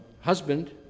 husband